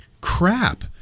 crap